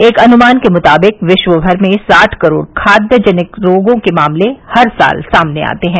एक अनुमान के मुताबिक विश्व भर में साठ करोड़ खाद्य जनित रोगों के मामले हर साल सामने आते हैं